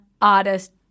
artist